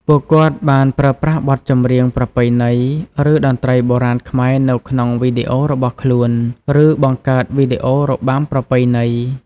ពួកគាត់បានប្រើប្រាស់បទចម្រៀងប្រពៃណី ឬតន្ត្រីបុរាណខ្មែរនៅក្នុងវីដេអូរបស់ខ្លួន ឬបង្កើតវីដេអូរបាំប្រពៃណី។